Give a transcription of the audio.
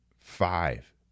Five